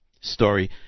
story